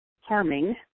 harming